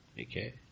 Okay